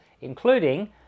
including